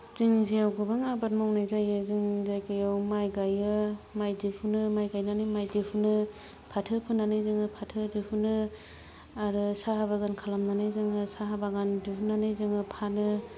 जोंनि जायगायाव गोबां आबाद मावनाय जायो जोंनि जायगायाव माइ गायो माइ दिहुनो माइ गायनानै माइ दिहुनो फाथो फोनानै जोङो फाथो दिहुनो आरो साहा बागान खालामनानै जोङो साहा बागान दिहुननानै जोङो फानो